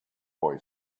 boy